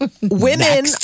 women